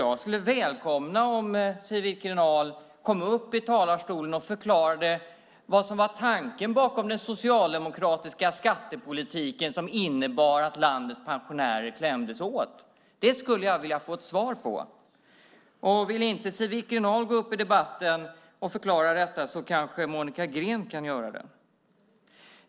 Jag skulle välkomna om Siw Wittgren-Ahl kom upp i talarstolen och förklarade vad som var tanken bakom den socialdemokratiska skattepolitiken som innebar att landets pensionärer klämdes åt. Det skulle jag vilja få ett svar på. Vill inte Siw Wittgren-Ahl gå upp i debatten och förklara detta kanske Monica Green kan göra det.